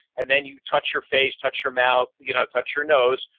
and then you touch your face, touch your mouth, you know touch your nose,